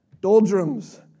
doldrums